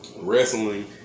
wrestling